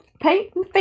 painting